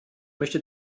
möchte